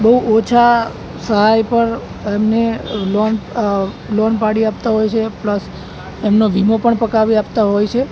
બહુ ઓછા સહાય પર અને લોન લોન પાડી આપતા હોય છે પ્લસ એમનો વીમો પણ પકાવી આપતા હોય છે